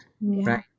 Right